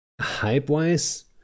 hype-wise